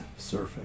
surfing